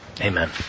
Amen